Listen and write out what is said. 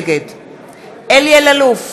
נגד אלי אלאלוף,